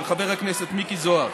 של חבר הכנסת מיקי זוהר.